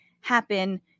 happen